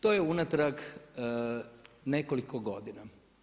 To je unatrag nekoliko godina.